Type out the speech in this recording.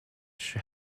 she